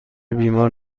بیمار